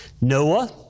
Noah